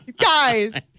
Guys